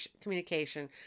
communication